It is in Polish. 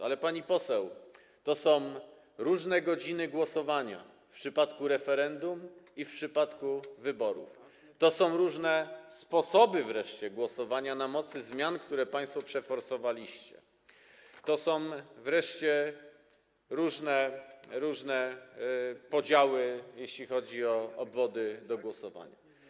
Ale, pani poseł, to są różne godziny głosowania w przypadku referendum i w przypadku wyborów, to są różne sposoby głosowania na mocy zmian, które państwo przeforsowaliście, to są wreszcie różne podziały, jeśli chodzi o obwody do głosowania.